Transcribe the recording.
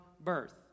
birth